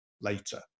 later